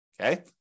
Okay